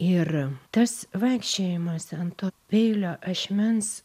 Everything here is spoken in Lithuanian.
ir tas vaikščiojimas ant to peilio ašmens